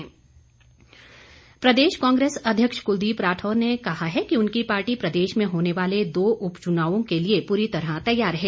राठौर प्रदेश कांग्रेस अध्यक्ष कुलदीप राठौर ने कहा है कि उनकी पार्टी प्रदेश में होने वाले दो उपचुनावों के लिए पूरी तरह तैयार है